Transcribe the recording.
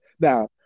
Now